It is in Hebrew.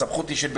יש לו סמכות.